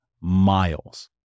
miles